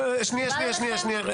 מקובל עליכם?